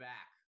back